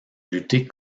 lutter